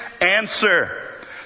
answer